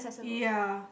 ya